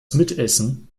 mitessen